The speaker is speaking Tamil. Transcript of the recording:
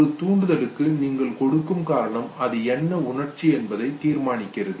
ஒரு தூண்டுதலுக்கு நீங்கள் கொடுக்கும் காரணம் அது என்ன உணர்ச்சி என்பதை தீர்மானிக்கிறது